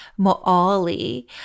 Moali